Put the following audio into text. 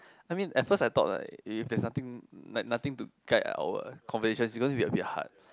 I mean at first I thought like if there's nothing like nothing to guide our conversations because we're a bit hard